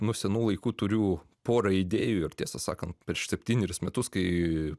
nuo senų laikų turiu pora idėjų ir tiesą sakant prieš septynerius metus kai